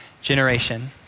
generation